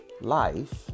life